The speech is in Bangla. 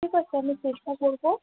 ঠিক আছে আমি চেষ্টা করবো